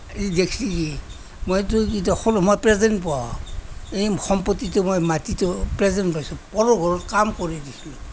মইতো মই প্ৰেজেন্ট পোৱা এদিন সম্পত্তিটো মই মাটিটো প্ৰেজেন্ট পাইছোঁ পৰৰ ঘৰত কাম কৰি দিছিলোঁ